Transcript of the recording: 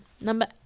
number